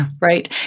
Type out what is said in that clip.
right